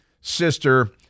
sister